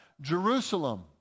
Jerusalem